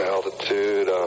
Altitude